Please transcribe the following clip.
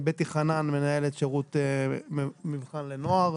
בטי חנן, מנהלת שירות מבחן לנוער.